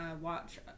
watch